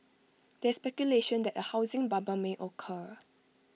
there is speculation that A housing bubble may occur